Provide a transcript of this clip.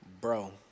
bro